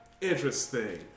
Interesting